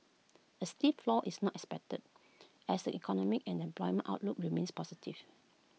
A steep flaw is not expected as the economic and employment outlook remains positive